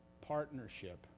partnership